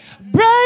break